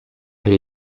elle